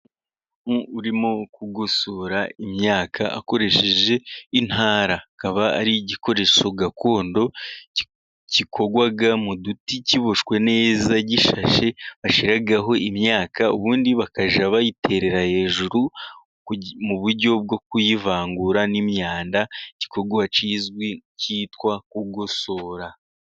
Umugore urimo kugosora imyaka akoresheje intara, akaba ari igikoresho gakondo gikorwaga mu giti, kiboshwe neza gishashe, bashiraho imyaka ubundi bakajya bayiterera hejuru mu buryo bwo kuyivangura n'imyanda, ikikugwa kizwi, cyitwa kugosora.